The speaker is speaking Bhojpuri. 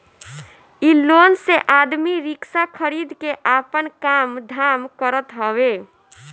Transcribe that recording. इ लोन से आदमी रिक्शा खरीद के आपन काम धाम करत हवे